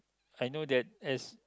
I know that is